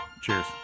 Cheers